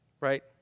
Right